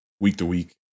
week-to-week